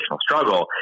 struggle